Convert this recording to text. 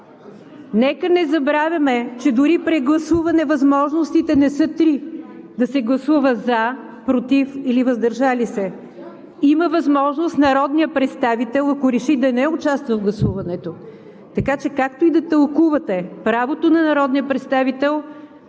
Нека не забравяме, че дори при гласуване възможностите не са три – да се гласува „за“, „против“ или „въздържал се“. Има възможност народният представител, ако реши, да не участва в гласуването, така че, както и да тълкувате правото на народния представител,